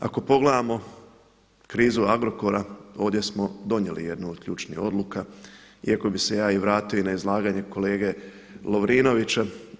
Ako pogledamo krizu Agrokora ovdje smo donijeli jednu od ključnih odluka iako bih se ja i vratio na izlaganje kolege Lovrinovića.